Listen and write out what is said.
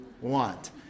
want